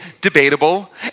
debatable